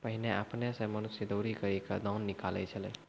पहिने आपने सें मनुष्य दौरी करि क दाना निकालै छलै